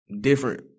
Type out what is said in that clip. different